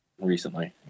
Recently